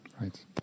Right